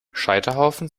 scheiterhaufen